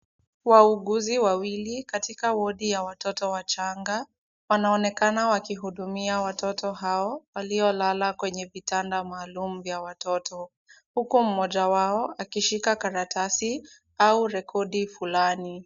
Wauguzi wawili katika wodi ya watoto wachanga, wanaonekana wakihudumia watoto hao, waliolala kwenye vitanda maalum vya watoto. Huku mmoja wao akishika karatasi au rekodi fulani.